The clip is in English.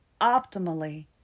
optimally